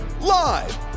live